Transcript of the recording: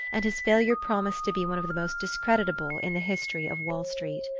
and his failure promised to be one of the most discreditable in the history of wall street.